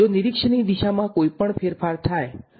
જો નિરીક્ષકની દિશામાં કોઈપણ ફેરફાર થાય તો તેથી આ ડેલ્ટા એફ શું છે